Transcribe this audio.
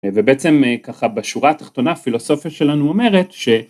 ובעצם ככה בשורה התחתונה הפילוסופיה שלנו אומרת ש...